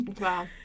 Wow